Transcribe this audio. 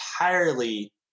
entirely